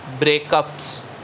Breakups